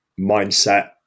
mindset